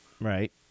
Right